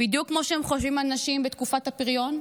בדיוק כמו שהם חושבים על נשים בתקופת הפריון,